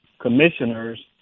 commissioners